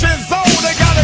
that kind of